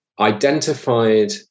identified